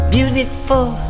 Beautiful